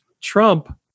Trump